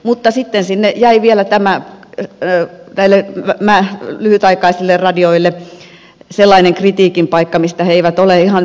mutta sitten sinne jäi vielä näille lyhytaikaisille radioille sellainen kritiikin paikka mihin he eivät ole ihan tyytyväisiä